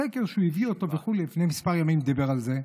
סקר שהוא הביא לפני כמה ימים, דיבר על זה,